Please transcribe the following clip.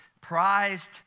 prized